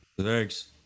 thanks